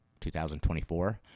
2024